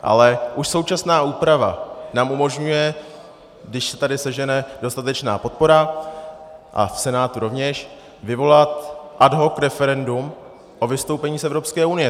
Ale už současná úprava nám umožňuje, když se tady sežene dostatečná podpora a v Senátu rovněž, vyvolat ad hoc referendum o vystoupení z Evropské unie.